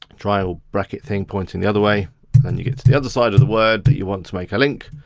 triangle bracket thing pointing the other way and then you get to the other side of the word that you want to make a link.